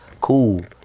Cool